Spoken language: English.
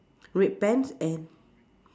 red pants and